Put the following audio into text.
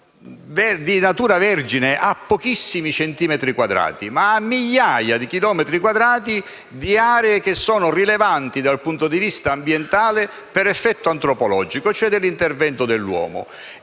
italiano ha pochissimi centimetri quadrati di natura vergine, ma ha migliaia di chilometri quadrati di aree che sono rilevanti dal punto di vista ambientale per effetto antropologico, cioè per l'intervento dell'uomo.